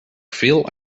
veel